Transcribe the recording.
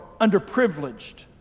underprivileged